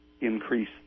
increase